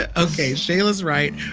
ah ok. shayla's right.